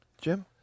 Jim